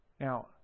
Now